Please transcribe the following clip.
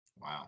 Wow